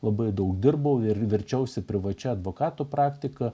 labai daug dirbau ir verčiausi privačia advokato praktika